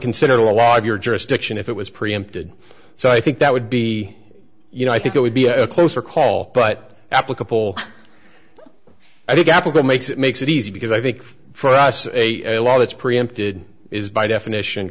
considered a lot of your jurisdiction if it was preempted so i think that would be you know i think it would be a closer call but applicable i think apple makes it makes it easy because i think for us a law that's preempted is by definition